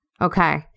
Okay